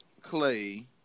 Clay